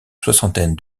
soixantaine